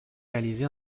réalisé